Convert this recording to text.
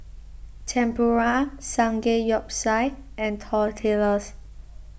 Tempura Samgeyopsal and Tortillas